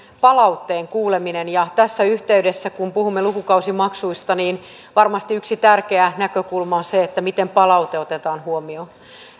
palautteen kuuleminen ja tässä yhteydessä kun puhumme lukukausimaksuista niin varmasti yksi tärkeä näkökulma on se miten palaute otetaan huomioon